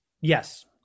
Yes